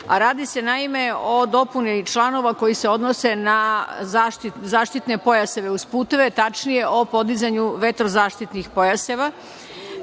radi se o dopuni članova koji se odnose na zaštitne pojaseve uz puteve, tačnije o podizanju vetrozaštitnih pojaseva.